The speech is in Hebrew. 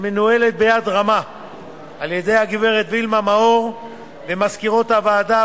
שמנוהלת ביד רמה על-ידי הגברת וילמה מאור ומזכירות הוועדה,